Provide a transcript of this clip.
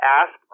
ask